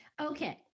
Okay